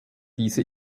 diese